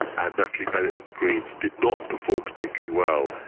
and natalie bennett of the greens did not perform particularly well,